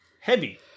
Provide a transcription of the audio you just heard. Heavy